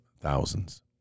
thousands